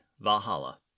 Valhalla